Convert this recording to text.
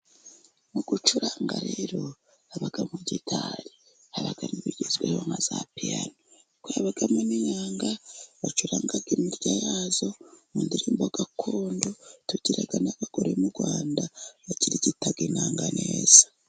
Mu gucuranga rero habamo giitari, haba nibigezweho nka za piano, habamo ninanga bacuranga imirya yazo, mu ndirimbo gakondo, tugira n'abagore mu Rwanda, bakirigita inanga neza.